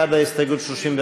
בעד ההסתייגות,